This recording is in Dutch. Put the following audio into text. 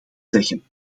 zeggen